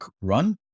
run